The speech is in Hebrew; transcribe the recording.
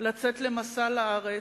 לצאת למסע לארץ,